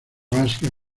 básica